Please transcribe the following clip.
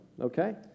okay